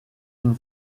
une